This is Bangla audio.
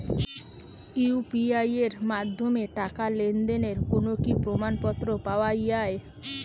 ইউ.পি.আই এর মাধ্যমে টাকা লেনদেনের কোন কি প্রমাণপত্র পাওয়া য়ায়?